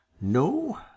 No